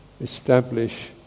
establish